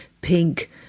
pink